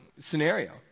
scenario